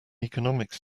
economics